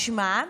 משמע,